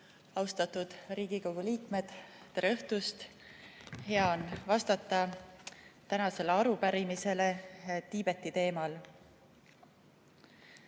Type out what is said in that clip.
Austatud Riigikogu liikmed, tere õhtust! Hea meel on vastata tänasele arupärimisele Tiibeti teemal. Esimene